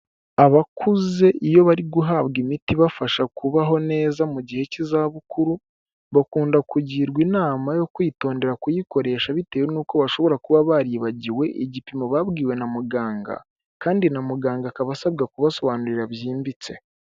Abakuze iyo bari guhabwa imiti ibafasha kubaho neza mu gihe cy'izabukuru, bakunda kugirwa inama yo kwitondera kuyikoresha bitewe n'uko bashobora kuba baribagiwe igipimo babwiwe na muganga kandi na muganga akaba asabwa kubasobanurira byimbitse.